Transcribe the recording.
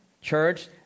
church